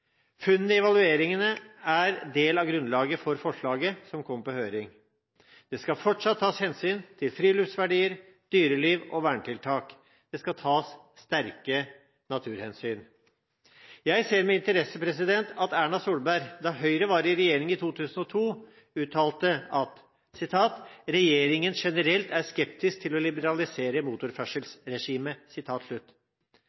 Funnene i evalueringen er del av grunnlaget for forslaget som kommer på høring. Det skal fortsatt tas hensyn til friluftsverdier, dyreliv og vernetiltak. Det skal tas sterke naturhensyn. Jeg ser med interesse at Erna Solberg, da Høyre var i regjering i 2002, uttalte at regjeringen generelt var skeptisk til å liberalisere